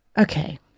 okay